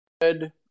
good